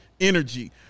energy